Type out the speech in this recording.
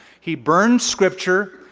he burned scripture.